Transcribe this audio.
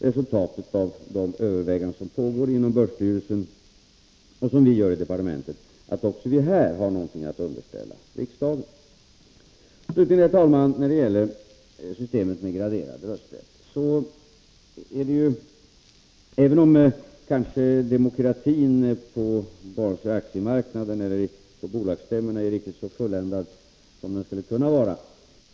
Resultatet av de överväganden som pågår inom börsstyrelsen och av överväganden som vi gör i departementet kan möjligen bli att vi också här har något att underställa riksdagen. Slutligen vill jag, herr talman, när det gäller systemet med graderad rösträtt säga att demokratin på aktiemarknaden och på bolagsstämmorna kanske inte är riktigt så fulländad som den skulle kunna vara.